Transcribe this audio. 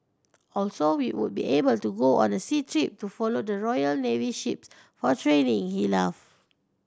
also we would be able to go on a sea trip to follow the Royal Navy ships for training he laughed